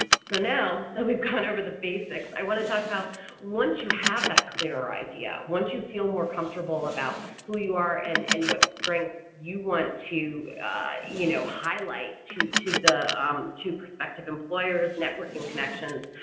so now we've gone over the basics, i want to talk about once you have that clearer idea, once you feel more comfortable about who you are and and what strengths you want to you know highlight to to the um to prospective employers, networking connections,